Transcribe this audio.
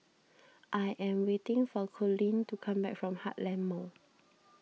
I am waiting for Coleen to come back from Heartland Mall